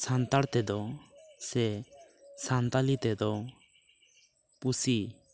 ᱥᱟᱱᱛᱟᱲ ᱛᱮ ᱫᱚ ᱥᱮ ᱥᱟᱱᱛᱟᱲᱤ ᱛᱮᱫᱚ ᱯᱩᱥᱤ